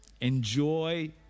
enjoy